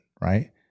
right